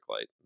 light